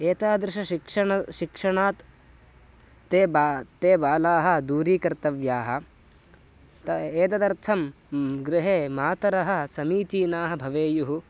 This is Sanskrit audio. एतादृशं शिक्षणं शिक्षणात् ते बा ते बालाः दूरीकर्तव्याः त एतदर्थं गृहे मातरः समीचीनाः भवेयुः